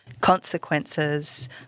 consequences